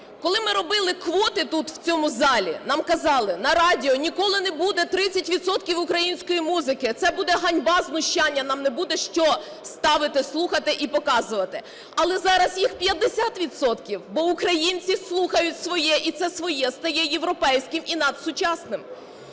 Коли ми робили квоти тут, в цьому залі, нам казали: "На радіо ніколи не буде 30 відсотків української музики, це буде ганьба, знущання, нам не буде що ставити слухати і показувати". Але зараз їх 50 відсотків, бо українці слухають своє, і це своє стає європейським і надсучасним.